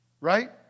Right